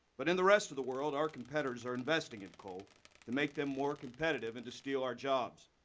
but in the rest of the world our competitors are investing in coal to make them more competitive and to steal our jobs.